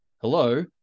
hello